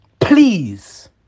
Please